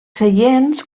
seients